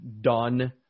done